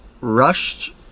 rushed